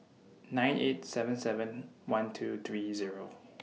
nine eight seven seven one two three Zero